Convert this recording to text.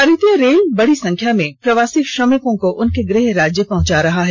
भारतीय रेल बड़ी संख्या में प्रवासी श्रमिकों को उनके गृह राज्य पहुंचा रहा है